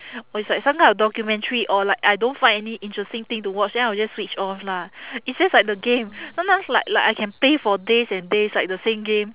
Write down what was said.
or is like some kind of documentary or like I don't find any interesting thing to watch then I will just switch off lah it's just like the game sometimes like like I can play for days and days like the same game